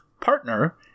partner